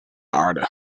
aarde